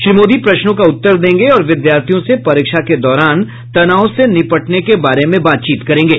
श्री मोदी प्रश्नों का उत्तर देंगे और विद्यार्थियों से परीक्षा के दौरान तनाव से निपटने के बारे में बातचीत करेंगे